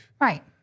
Right